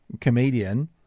comedian